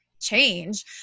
change